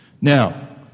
Now